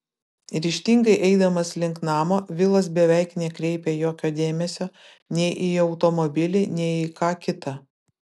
ryžtingai eidamas link namo vilas beveik nekreipia jokio dėmesio nei į automobilį nei į ką kita